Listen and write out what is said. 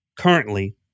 currently